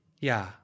Yeah